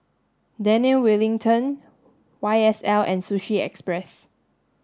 Daniel Wellington Y S L and Sushi Express